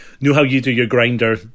know-how-you-do-your-grinder